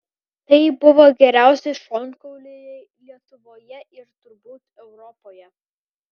tai buvo geriausi šonkauliai lietuvoje ir turbūt europoje